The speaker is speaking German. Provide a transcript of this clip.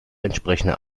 entsprechende